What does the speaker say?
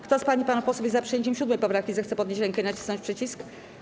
Kto z pań i panów posłów jest za przyjęciem 7. poprawki, zechce podnieść rękę i nacisnąć przycisk.